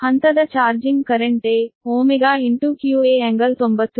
ಹಂತದ charging current a qa∟90 degree